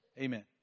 Amen